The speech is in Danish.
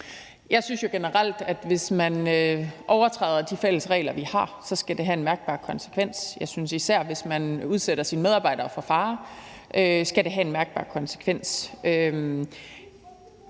Jeg synes jo generelt, at hvis man overtræder de fælles regler, vi har, skal det have en mærkbar konsekvens. Jeg synes især, at hvis man udsætter sine medarbejder for fare, skal det have en mærkbar konsekvens.